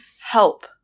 help